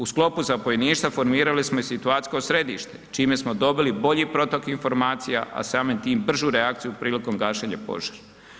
U sklopu zapovjedništva formirali smo i u situacijsko središte, čime smo dobili bolji protok informacija, a samim time bržu reakciju prilikom gašenja požara.